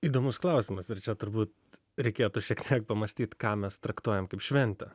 įdomus klausimas ir čia turbūt reikėtų šiek tiek pamąstyt ką mes traktuojam kaip šventę